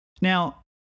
Now